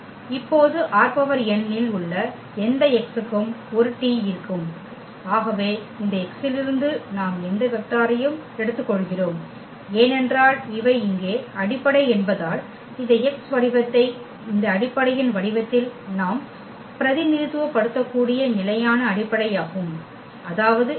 இப்போது ℝn இல் உள்ள எந்த x க்கும் ஒரு T ஆகும் எனவே இந்த x இலிருந்து நாம் எந்த வெக்டாரையும் எடுத்துக்கொள்கிறோம் ஏனென்றால் இவை இங்கே அடிப்படை என்பதால் இந்த x வடிவத்தை இந்த அடிப்படையின் வடிவத்தில் நாம் பிரதிநிதித்துவப்படுத்தக்கூடிய நிலையான அடிப்படையாகும் அதாவது இந்த x x1e1 x2e2 ⋯ xnen